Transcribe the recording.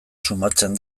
sumatzen